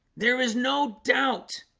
there is no doubt